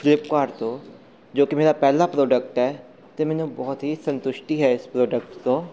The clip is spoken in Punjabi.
ਫਲਿੱਪਕਾਟ ਤੋਂ ਜੋ ਕਿ ਮੇਰਾ ਪਹਿਲਾ ਪ੍ਰੋਡਕਟ ਹੈ ਅਤੇ ਮੈਨੂੰ ਬਹੁਤ ਹੀ ਸੰਤੁਸ਼ਟੀ ਹੈ ਇਸ ਪ੍ਰੋਡਕਟ ਤੋਂ